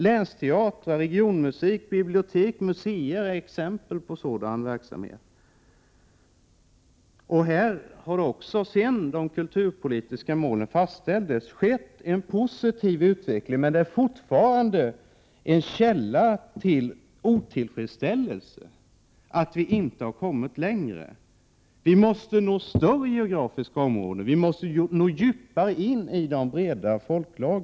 länsteatrar, regionmusiken, bibliotek och museer. Sedan de kulturpolitiska målen fastställdes har det också skett en positiv utveckling i detta avseende. Men fortfarande finns här en källa till otillfredsställelse över att vi inte har kommit längre än vi har gjort. Vi måste se till att kulturpolitiken når ut till större geografiska områden. Vi måste se till att denna tränger djupare in i den breda massan av folket.